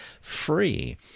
free